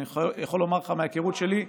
אני יכול לומר לך מההיכרות שלי,